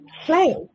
play